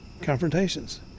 confrontations